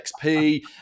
xp